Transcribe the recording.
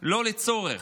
שלא לצורך.